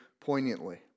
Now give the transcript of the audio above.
poignantly